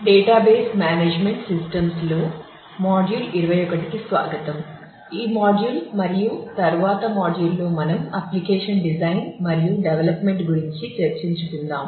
database management systems గురించి చర్చించుకుందాం